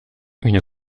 une